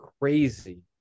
crazy